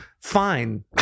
fine